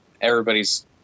everybody's